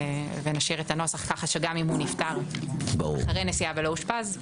ונשאיר את הנוסח כך שגם אם הוא נפטר אחרי נסיעה ולא אושפז,